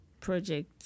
project